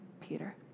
Peter